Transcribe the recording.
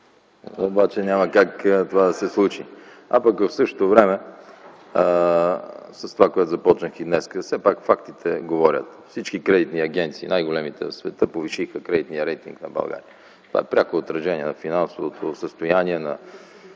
БОЙКО БОРИСОВ: А пък в същото време, това, с което започнах и днес, все пак фактите говорят. Всички кредитни агенции, най-големите в света, повишиха кредитния рейтинг на България. Това е пряко отражение на финансовото състояние, на